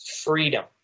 freedom